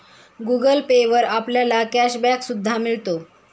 Google Pay वर आपल्याला cash back सुद्धा मिळतो